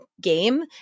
game